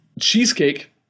cheesecake